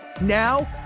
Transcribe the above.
Now